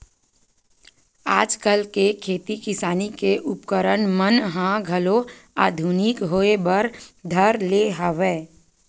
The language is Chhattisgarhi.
आजकल के खेती किसानी के उपकरन मन ह घलो आधुनिकी होय बर धर ले हवय